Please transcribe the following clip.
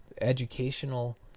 educational